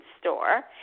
store